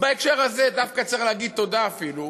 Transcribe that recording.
בהקשר הזה דווקא צריך להגיד תודה אפילו